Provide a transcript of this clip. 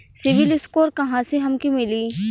CIBIL score कहाँसे हमके मिली?